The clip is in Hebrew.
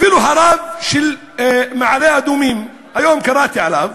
אפילו הרב של מעלה-אדומים, היום קראתי עליו